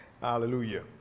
hallelujah